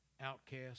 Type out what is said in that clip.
outcast